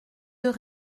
deux